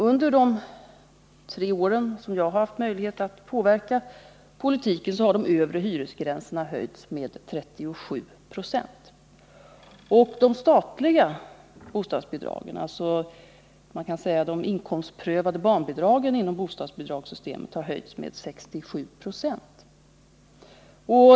Under de tre år då jag haft möjlighet att påverka politiken har de övre hyresgränserna höjts med 37 96 och de statliga bostadsbidragen — som man också kan kalla inkomstprövade barnbidrag inom bostadsbidragssystemet — med 67 96.